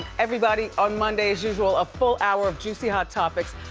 everybody, on monday as usual, a full hour of juicy hot topics.